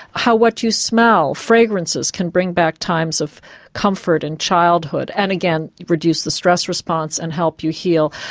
how what you smell fragrances can bring back times of comfort and childhood and again reduce the stress response and help you heal.